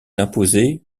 imposer